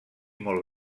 molt